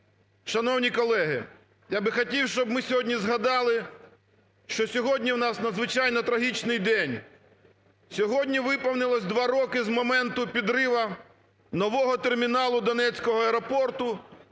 шановні колеги, я б хотів, щоб ми сьогодні згадали, що сьогодні у нас надзвичайно трагічний день, сьогодні виповнилося два роки з моменту підриву нового терміналу Донецького аеропорту